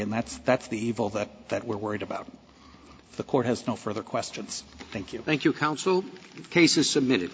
and that's that's the evil that that we're worried about the court has no further questions thank you thank you counsel cases submitted